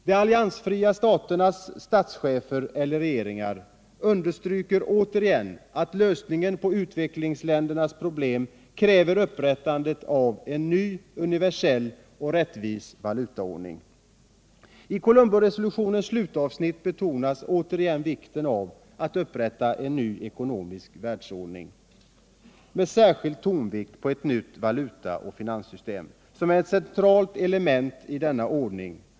De alliansfria staternas statschefer eller regeringar understryker återigen att lösningen på utvecklingsländernas problem kräver upprättandet av en ny, universell och rättvis valutaordning.” I Colomboresolutionens slutavsnitt betonades återigen vikten av att upprätta en ny ekonomiska världsordning ”med särskild tonvikt på ett nytt valutaoch finanssystem, som är ett centralt element i denna ordning”.